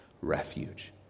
refuge